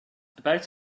about